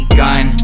gun